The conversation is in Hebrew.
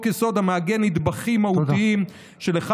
" חוק-יסוד המעגן נדבכים מהותיים של אחד